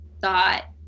thought